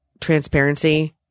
transparency